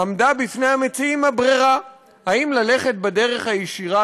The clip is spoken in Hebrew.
עמדה בפני המציעים הברירה אם ללכת בדרך הישירה,